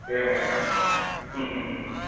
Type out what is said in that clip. एवमेवमेवम्